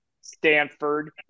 stanford